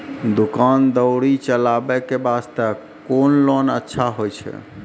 दुकान दौरी चलाबे के बास्ते कुन लोन अच्छा होय छै?